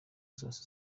zose